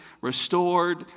restored